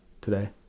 today